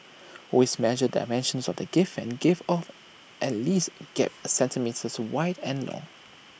always measure dimensions of the gift and give off at least gap A centimetres wide and long